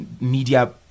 media